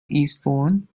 eastbourne